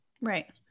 Right